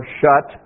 shut